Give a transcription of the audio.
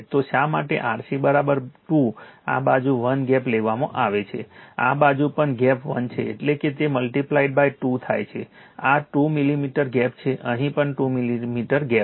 તો શા માટે RC 2 આ બાજુ 1 ગેપ લેવામાં આવે છે આ બાજુ પણ ગેપ 1 છે એટલે જ તે મલ્ટીપ્લાઇડ બાય 2 થાય છે આ 2 મિલીમીટર ગેપ છે અહીં પણ 2 મિલીમીટર ગેપ છે